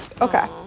Okay